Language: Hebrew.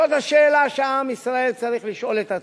זאת השאלה שעם ישראל צריך לשאול את עצמו.